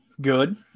good